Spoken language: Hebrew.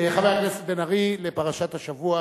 חבר הכנסת בן-ארי, לפרשת השבוע